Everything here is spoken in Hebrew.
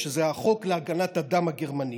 נירנברג, החוק להגנת הדם הגרמני.